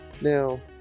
now